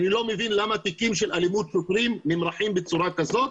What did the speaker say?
אני לא מבין למה תיקים של אלימות שוטרים נמרחים בצורה כזו.